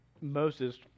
Moses